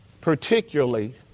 Particularly